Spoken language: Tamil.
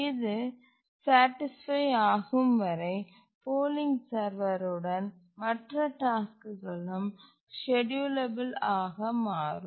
இது சேட்டிஸ்பை ஆகும் வரை போலிங் சர்வர் உடன் மற்ற டாஸ்க்குகலும் ஸ்கேட்யூலபில் ஆக மாறும்